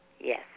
yes